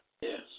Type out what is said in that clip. Yes